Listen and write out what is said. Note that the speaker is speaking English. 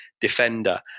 defender